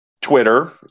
Twitter